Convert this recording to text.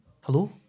Hello